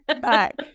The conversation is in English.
back